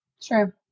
True